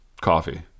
coffee